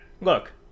Look